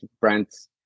brands